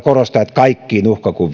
kaikkiin uhkakuviin on varauduttava